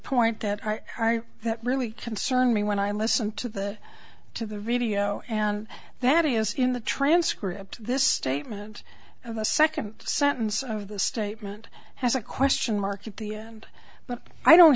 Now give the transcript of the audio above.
point that are hard that really concern me when i listened to the to the radio and that is in the transcript this statement of the second sentence of the statement has a question mark at the end but i don't